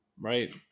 right